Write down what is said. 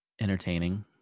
entertaining